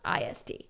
IST